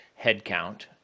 headcount